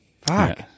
Fuck